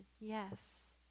yes